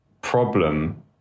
problem